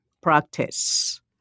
practice